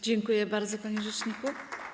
Dziękuję bardzo, panie rzeczniku.